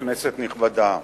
נכבדה,